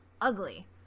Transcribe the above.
ugly